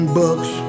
bucks